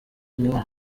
inkunga